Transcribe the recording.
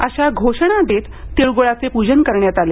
अशा घोषणा देत तिळगूळाचे पूजन करण्यात आले